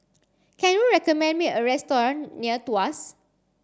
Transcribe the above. can you recommend me a restaurant near Tuas